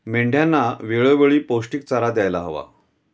मेंढ्यांना वेळोवेळी पौष्टिक चारा द्यायला हवा